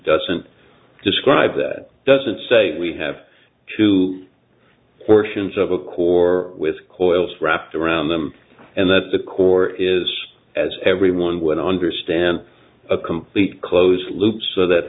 doesn't describe does it say we have two portions of a core with coils wrapped around them and that the core is as everyone would understand a complete closed loop so that